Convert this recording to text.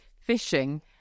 fishing